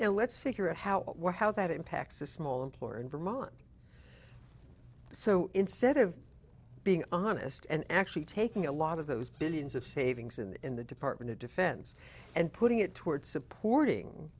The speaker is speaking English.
now let's figure out how what how that impacts a small employer in vermont so instead of being honest and actually taking a lot of those billions of savings in the department of defense and putting it toward supporting